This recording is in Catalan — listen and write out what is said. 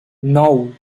nou